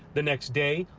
the next day,